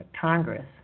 Congress